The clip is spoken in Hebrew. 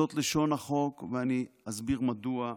זאת לשון החוק, ואני אסביר מדוע,